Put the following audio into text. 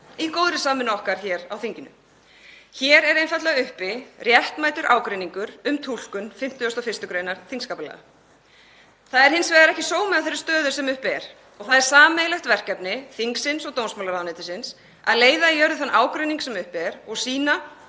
í góðri samvinnu okkar hér á þinginu. Hér er einfaldlega uppi réttmætur ágreiningur um túlkun 51. gr. þingskapalaga. Það er hins vegar ekki sómi að þeirri stöðu sem uppi er og það er sameiginlegt verkefni þingsins og dómsmálaráðuneytisins að leiða í jörð þann ágreining sem uppi er og sýna